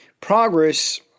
progress